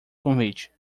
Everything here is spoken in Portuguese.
convite